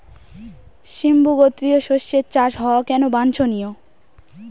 সিম্বু গোত্রীয় শস্যের চাষ হওয়া কেন বাঞ্ছনীয়?